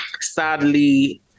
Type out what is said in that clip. sadly